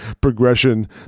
progression